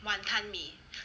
wanton mee